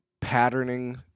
patterning